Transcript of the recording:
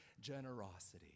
generosity